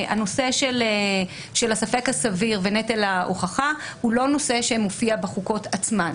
הנושא של הספק הסביר ונטל ההוכחה הוא לא נושא שמופיע בחוקות עצמן.